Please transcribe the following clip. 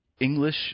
English